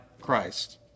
christ